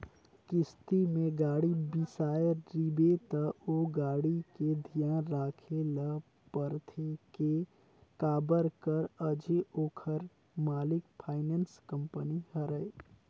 किस्ती में गाड़ी बिसाए रिबे त ओ गाड़ी के धियान राखे ल परथे के काबर कर अझी ओखर मालिक फाइनेंस कंपनी हरय